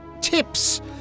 tips